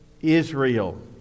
Israel